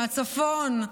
מהצפון.